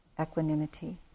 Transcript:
equanimity